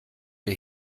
der